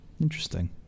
interesting